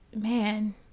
man